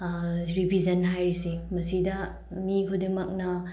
revision ꯍꯥꯏꯔꯤꯁꯦ ꯃꯁꯤꯗ ꯃꯤ ꯈꯨꯗꯤꯡꯃꯛꯅ